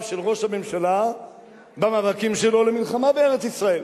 של ראש הממשלה במאבקים שלו למלחמה בארץ-ישראל,